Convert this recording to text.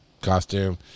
costume